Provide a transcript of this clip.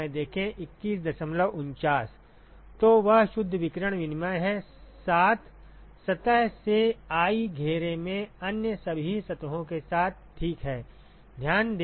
तो यह शुद्ध विकिरण विनिमय है साथ सतह से i घेरे में अन्य सभी सतहों के साथ ठीक है